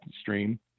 stream